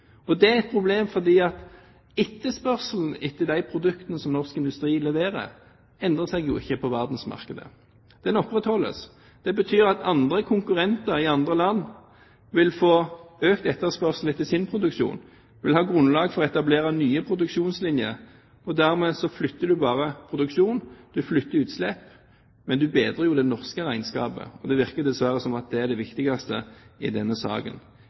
industri. Det er et problem fordi etterspørselen etter de produktene som norsk industri leverer, ikke endrer seg på verdensmarkedet – den opprettholdes. Det betyr at konkurrenter i andre land vil få økt etterspørsel etter sin produksjon, vil ha grunnlag for å etablere nye produksjonslinjer – og dermed flytter man bare produksjonen, man flytter utslipp. Men man bedrer jo det norske regnskapet. Det virker dessverre som om det er det viktigste i denne saken.